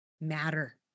matter